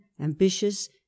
ambitious